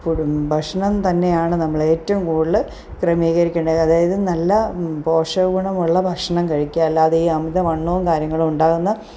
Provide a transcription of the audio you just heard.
കൂടും ഭക്ഷണം തന്നെയാണ് നമ്മൾ ഏറ്റവും കൂടുതൽ ക്രമീകരിക്കേണ്ടത് അതായത് നല്ല പോഷക ഗുണമുള്ള ഭക്ഷണം കഴിക്കുക അല്ലാതെ ഈ അമിത വണ്ണവും കാര്യങ്ങൾ ഉണ്ടാകുന്ന